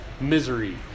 Misery